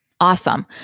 Awesome